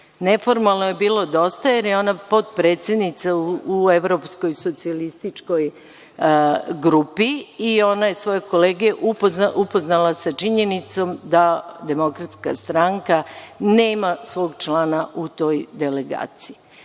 Neformalno je bilo dosta, jer je ona potpredsednica u Evropskoj socijalističkoj grupi i ona je svoje kolege upoznala sa činjenicom da DS nema svog člana u toj delegaciji.